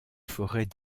forêts